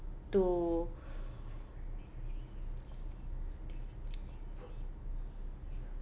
to